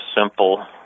simple